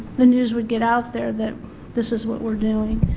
the news would get out there that this is what were doing.